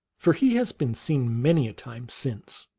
for he has been seen many a time since.